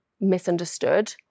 misunderstood